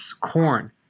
Corn